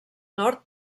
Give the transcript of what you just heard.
nord